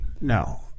No